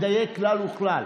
אתה לא מדייק כלל וכלל.